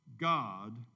God